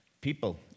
people